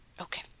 Okay